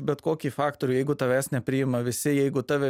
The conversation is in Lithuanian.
bet kokį faktorių jeigu tavęs nepriima visi jeigu tave